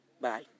Bye